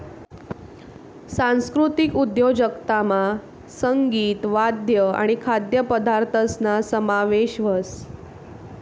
सांस्कृतिक उद्योजकतामा संगीत, वाद्य आणि खाद्यपदार्थसना समावेश व्हस